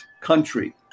country